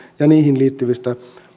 ja niihin liittyvistä